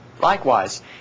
Likewise